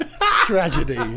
tragedy